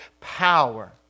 power